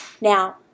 Now